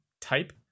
type